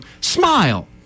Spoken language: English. smile